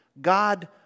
God